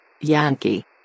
Yankee